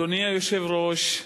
אדוני היושב-ראש,